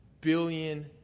billion